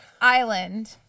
island